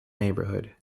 neighborhood